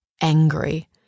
angry